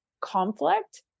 conflict